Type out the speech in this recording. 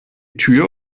tür